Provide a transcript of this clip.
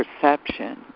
perception